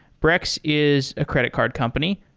brex is a credit card company.